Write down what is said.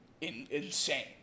insane